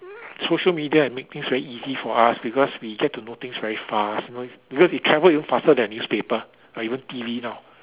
social media make things very easy for us because we get to know things very fast you know because it travel even faster than newspaper or even T_V now